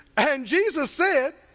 and jesus said